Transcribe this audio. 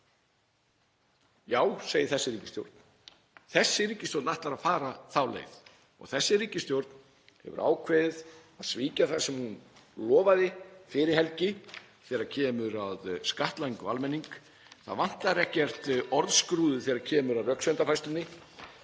Já, segir þessi ríkisstjórn. Þessi ríkisstjórn ætlar að fara þá leið og þessi ríkisstjórn hefur ákveðið að svíkja það sem hún lofaði fyrir helgi þegar kemur að skattlagningu á almenning. Það vantar ekkert orðskrúðið þegar kemur að röksemdafærslunni